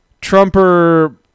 trumper